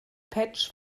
patch